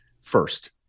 First